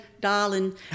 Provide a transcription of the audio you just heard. darling